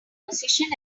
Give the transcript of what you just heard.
position